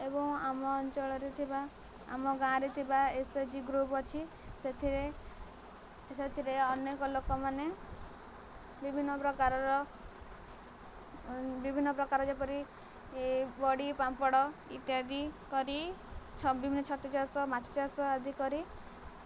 ଏବଂ ଆମ ଅଞ୍ଚଳରେ ଥିବା ଆମ ଗାଁରେ ଥିବା ଏସ୍ ଏଚ୍ ଜି ଗ୍ରୁପ ଅଛି ସେଥିରେ ସେଥିରେ ଅନେକ ଲୋକମାନେ ବିଭିନ୍ନ ପ୍ରକାରର ବିଭିନ୍ନ ପ୍ରକାର ଯେପରି ବଡ଼ି ପାମ୍ପଡ଼ ଇତ୍ୟାଦି କରି ଛତୁ ଚାଷ ମାଛ ଚାଷ ଆଦି କରି